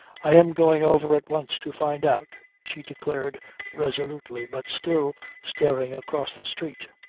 i am going over at once to find out, she declared resolutely but still staring across the street.